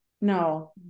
No